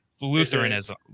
Lutheranism